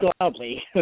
loudly